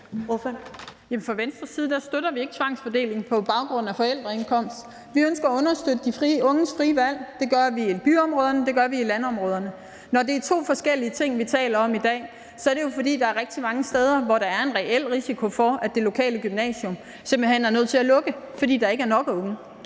Fra Venstres side støtter vi ikke tvangsfordeling på baggrund af forældreindkomst. Vi ønsker at understøtte de unges frie valg. Det gør vi i byområderne, det gør vi i landområderne. Når det er to forskellige ting, vi taler om i dag, er det jo, fordi der er rigtig mange steder, hvor der er en reel risiko for, at det lokale gymnasium simpelt hen er nødt til at lukke, fordi der ikke er nok unge.